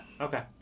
okay